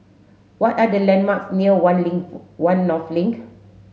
what are the landmarks near One One North Link